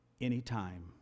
anytime